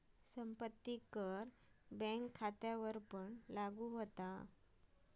संपत्ती कर बँक खात्यांवरपण लागू होता